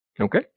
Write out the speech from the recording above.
Okay